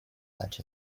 such